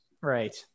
right